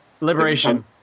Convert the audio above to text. liberation